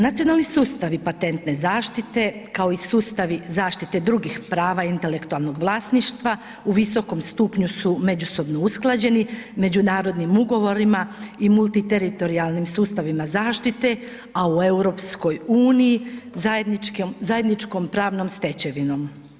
Nacionalni sustavi patentne zaštite kao i sustavi zaštite drugih prava intelektualnog vlasništva u visokom stupnju su međusobno usklađeni međunarodnim ugovorima i multiteritorijalnim sustavima zaštite, a u EU zajedničkom pravnom stečevinom.